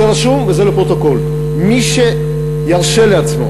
זה רשום וזה לפרוטוקול: מי שירשה לעצמו